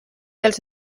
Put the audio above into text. dels